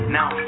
now